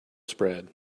spread